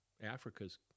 Africa's